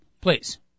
please